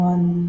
One